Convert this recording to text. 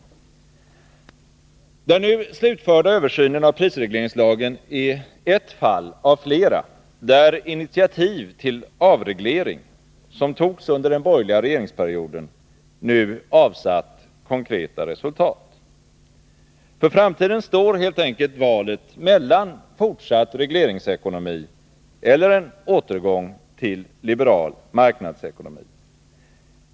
Den nu slutförda översynen av prisregleringslagen är ett fall av flera där initiativ till avreglering, som togs under den borgerliga regeringsperioden, nu avsatt konkreta resultat. För framtiden står helt enkelt valet mellan fortsatt regleringsekonomi och återgång till liberal marknadsekonomi.